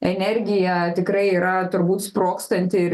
energija tikrai yra turbūt sprogstanti ir